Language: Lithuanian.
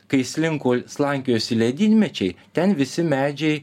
kai slinko slankiojosi ledynmečiai ten visi medžiai